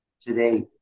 today